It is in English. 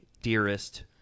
dearest